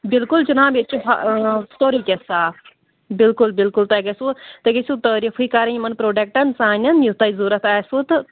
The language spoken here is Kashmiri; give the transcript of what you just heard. بلکُل جِناب ییٚتہِ چھِ سورُے کیٚنٛہہ صاف بلکُل بلکُل تۄہہِ گژھوٕ تۄہہِ گٔژھِو تعریٖفٕے کَرٕنۍ یِمن پرٛوڈکٹن سانٮ۪ن یہِ تۄہہِ ضوٚرَتھ آسوٕ تہٕ